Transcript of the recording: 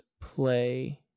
play